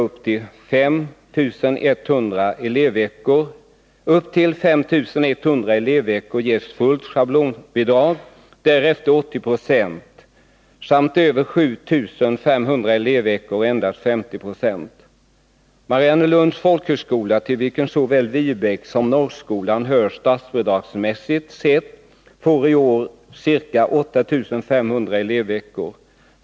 Upp till 5 100 elevveckor ges fullt schablonbidrag, därefter 80 26 samt över 7 500 elevveckor endast 50 20. Mariannelunds folkhögskola, till vilken såväl Viebäck som Norrskolan hör statsbidragsmässigt sett, får i år ca 8 500 elevveckor.